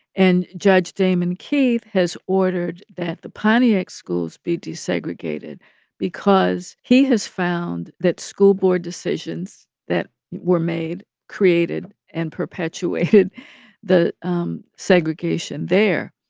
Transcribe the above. and judge damon keith has ordered that the pontiac schools be desegregated because he has found that school board decisions that were made created and perpetuated the um segregation there.